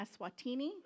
Eswatini